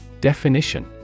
Definition